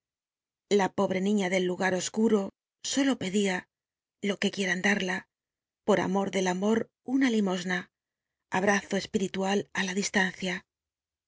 la pobre niña del lugar oscuro sólo pedía lo que quieran darla por amor del amor una limosna abrazo espiritual á la distancim